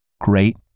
great